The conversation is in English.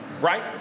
right